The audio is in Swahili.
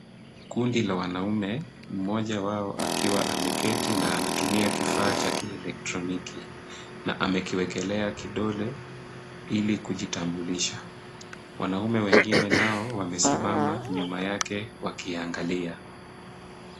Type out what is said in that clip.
Kundi la wanaume, mmoja wao akiwa ameketi na anatumia kifaa cha kielektroniki na amekiwekelea kidole ili kujitambulisha. Wanaume wengine nao wamesimama nyuma yake wakiangalia.